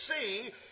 see